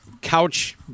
couch